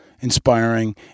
inspiring